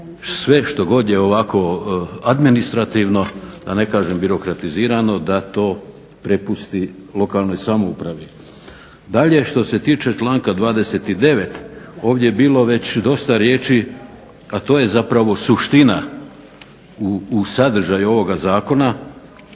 sve što god je ovako administrativno, da ne kažem birokratizirano, da to prepusti lokalnoj samoupravi. Dalje što se tiče članka 29. ovdje je bilo već dosta riječi, a to je zapravo suština u sadržaju ovoga zakona,